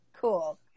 Cool